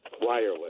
Wireless